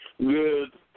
good